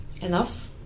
enough